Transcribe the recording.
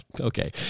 okay